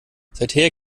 seither